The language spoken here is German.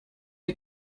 die